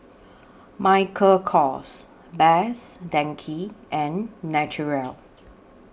Michael Kors Best Denki and Naturel